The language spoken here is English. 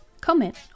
Comment